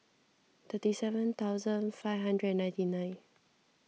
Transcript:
thirty seven thousand five hundred and ninety nine